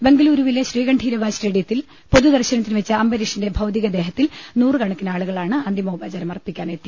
ബംഗളൂരുവിലെ ശ്രീകണ്ഠീ രവ സ്റ്റേഡിയത്തിൽ പൊതുദർശനത്തിനു വെച്ച അംബരീഷിന്റെ ഭൌതി ട കദേഹത്തിൽ നൂറുകണക്കിന് ആളുകളാണ് അന്തിമോപചാരമർപ്പിക്കാ നെത്തി